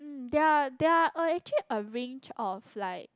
um there are there are uh actually a range of like